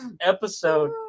episode